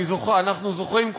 אנחנו זוכרים,